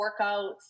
workouts